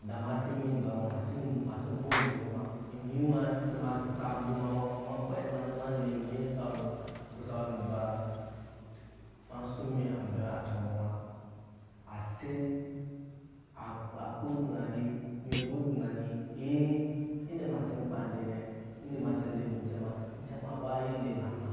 Da ema si nyi ndɔ ma ema si ko onyi ba ma onyi ma su bwoma ma ma kpɛ ani ma je ma lee onyi sa awe nu bara ema huŋ mi ambe atɔmbɔ ma a set a kpaa tunani eni kpaa otunani ende ema sin kpaa ende ema sin lee nu ocɛ ocɛ ma wa nyi lee na ma